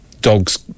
dogs